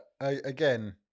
again